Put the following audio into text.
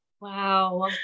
Wow